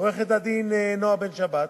לעורכת-הדין נועה בן-שבת,